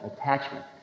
attachment